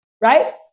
right